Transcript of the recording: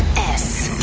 s.